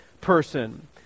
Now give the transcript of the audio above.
person